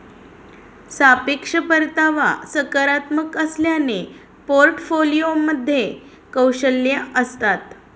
सापेक्ष परतावा सकारात्मक असल्याने पोर्टफोलिओमध्ये कौशल्ये असतात